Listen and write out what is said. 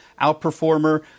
outperformer